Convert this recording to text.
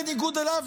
בניגוד אליו,